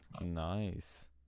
Nice